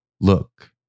look